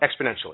exponentially